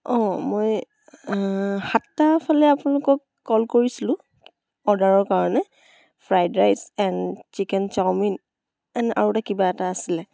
অ' মই সাতটা ফালে আপোনালোকক কল কৰিছিলোঁ অৰ্ডাৰৰ কাৰণে fried rice and chicken chowmein and আৰু এটা কিবা এটা আছিলে